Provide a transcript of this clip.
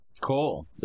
Cool